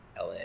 LA